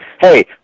hey